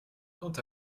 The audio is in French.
quant